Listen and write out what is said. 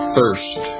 thirst